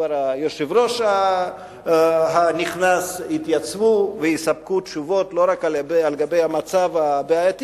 היושב-ראש הנכנס יתייצבו ויספקו תשובות לא רק לגבי המצב הבעייתי